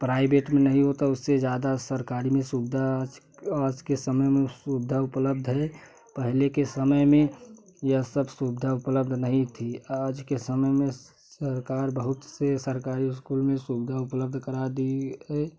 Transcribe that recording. private नहीं होता उसे ज़्यादा सरकारी में सुविधा आज के के समय में सुविधा उपलब्ध है पहले के समय में यह सब सुविधा उपलब्ध नहीं थी आज के समय में सरकार बहुत से सरकारी स्कूल में सुविधा उपलब्ध करा दे रही है